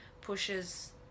pushes